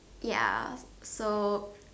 ya so